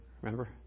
remember